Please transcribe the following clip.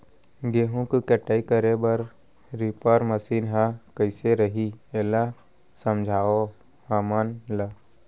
गेहूँ के कटाई करे बर रीपर मशीन ह कइसे रही, एला समझाओ हमन ल?